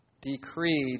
decreed